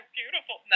beautiful